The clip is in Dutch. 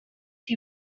die